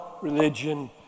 religion